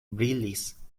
brilis